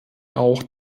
auch